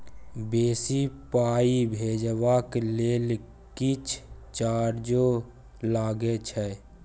बेसी पाई भेजबाक लेल किछ चार्जो लागे छै?